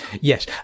Yes